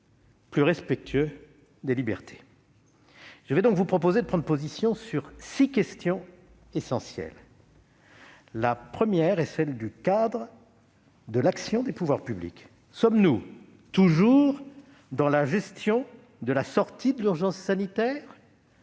plus respectueux des libertés. Je vais donc vous proposer de prendre position sur six questions essentielles. La première est celle du cadre de l'action des pouvoirs publics. Sommes-nous toujours dans la gestion de la sortie de l'urgence sanitaire